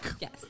Yes